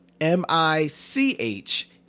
M-I-C-H